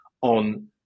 on